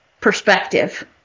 perspective